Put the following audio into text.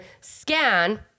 scan